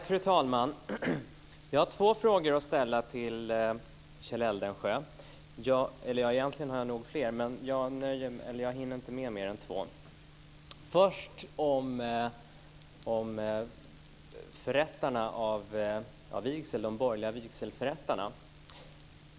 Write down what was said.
Fru talman! Jag har två frågor att ställa till Kjell Eldensjö. Egentligen har jag nog fler, men jag hinner inte med fler än två. Den första frågan handlar om de borgerliga vigselförrättarna.